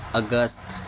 August